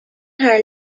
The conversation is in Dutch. haar